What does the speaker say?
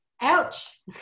ouch